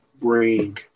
bring